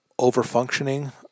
overfunctioning